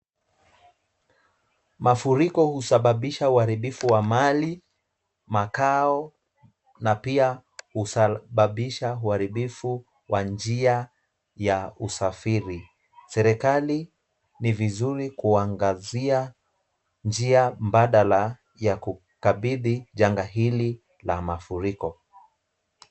Mafuriko husababisha uharibifu wa mali, makao na pia husababisha uharibifu wa njia ya usafiri. Serikali ni vizuri kuangazia njia mbadala ya kukabili janga hili la mafuriko.